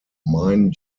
mine